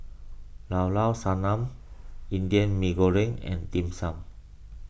Llao Llao Sanum Indian Mee Goreng and Dim Sum